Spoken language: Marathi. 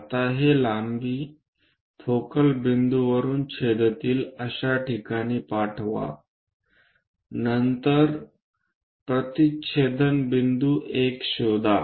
आता हे लांबी फोकल बिंदूवरुन छेदतील अशा ठिकाणी पाठवा नंतर प्रतिच्छेदन बिंदू 1 शोधा